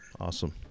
awesome